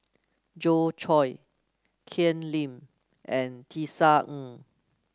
Joi Chua Ken Lim and Tisa Ng